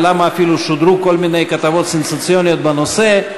ולמה אפילו שודרו כל מיני כתבות סנסציוניות בנושא.